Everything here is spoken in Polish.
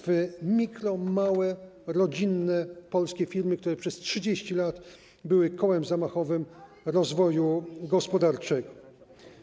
W mikro-, małe rodzinne polskie firmy, które przez 30 lat były kołem zamachowym rozwoju gospodarczego.